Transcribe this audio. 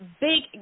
big